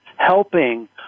Helping